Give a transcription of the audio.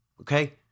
okay